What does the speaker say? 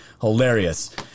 hilarious